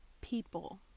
people